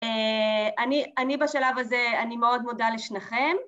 אני אני בשלב הזה, אני מאוד מודה לשניכם